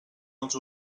els